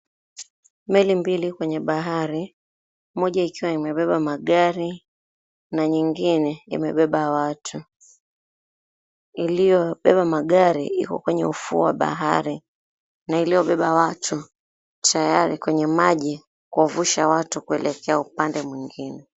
Meli mbili kwenye bahari, moja ikiwa imebeba magari na nyingine imebeba watu. Iliyobeba magari iko kwenye ufuo wa bahari, na iliyobeba watu tayari kwenye maji kuwavusha watu kuelekea upande mwingine.